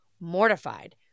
mortified